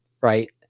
right